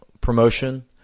promotion